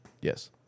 Yes